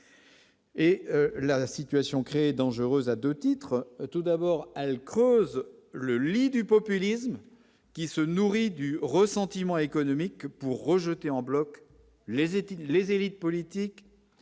Et la situation créée dangereux à 2 titres : tout d'abord, elle creuse le lit du populisme qui se nourrit du ressentiment économique pour rejeter en bloc les études, les